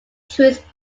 truth